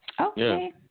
Okay